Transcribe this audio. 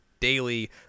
daily